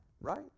right